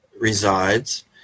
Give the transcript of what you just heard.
resides